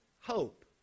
hope